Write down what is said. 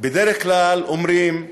בדרך כלל אומרים: